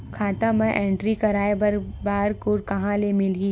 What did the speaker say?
खाता म एंट्री कराय बर बार कोड कहां ले मिलही?